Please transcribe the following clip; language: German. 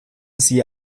sie